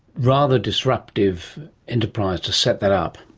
rather disruptive enterprise to set that up.